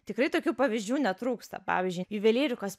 tikrai tokių pavyzdžių netrūksta pavyzdžiui juvelyrikos